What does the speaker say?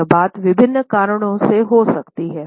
यह बात विभिन्न कारणों से हो सकती है